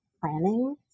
planning